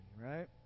right